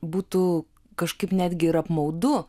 būtų kažkaip netgi ir apmaudu